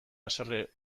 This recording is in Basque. haserre